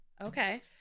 Okay